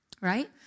right